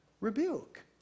rebuke